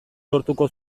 lortuko